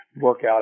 workout